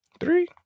Three